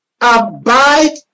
Abide